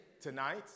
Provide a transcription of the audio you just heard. Tonight